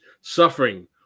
Suffering